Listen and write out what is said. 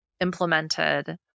implemented